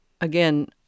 again